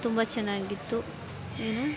ತುಂಬ ಚೆನ್ನಾಗಿತ್ತು ಏನು